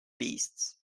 beasts